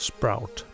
Sprout